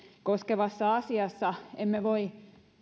koskevassa asiassa emme voi